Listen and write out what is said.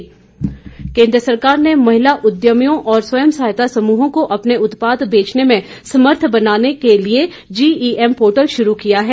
सरकार जीईएम केन्द्र सरकार ने महिला उद्यमियों और स्वःसहायता समूहों को अपने उत्पाद बेचने में समर्थ बनाने के लिए जीईएम पोर्टल शुरू किया है